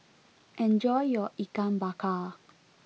enjoy your Ikan Bakar